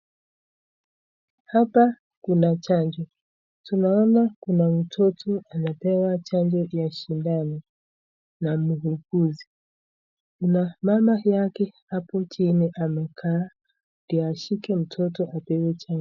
Hapa kuna chanjo. Tunaona kuna mtoto anapewa chanjo ya sindano na muuguzi. Kuna mama yake hapo chini amekaa ndiye ashike mtoto apewe chanjo.